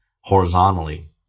horizontally